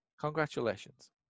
Congratulations